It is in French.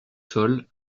sol